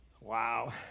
Wow